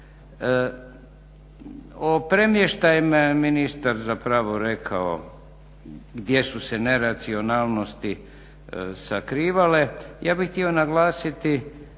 O premještajima je ministar zapravo rekao gdje su se neracionalnosti sakrivale. Ja bih htio naglasiti